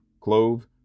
clove